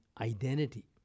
identity